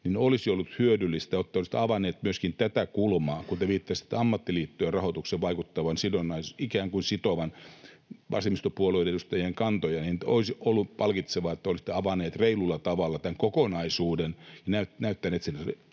olisi ollut hyödyllistä, että olisitte avannut myöskin tätä kulmaa, kun te viittasitte ammattiliittojen rahoituksen vaikuttavan, ikään kuin sitovan vasemmistopuolueiden edustajien kantoja. Olisi ollut palkitsevaa, että olisitte avannut reilulla tavalla tämän kokonaisuuden ja näyttänyt sen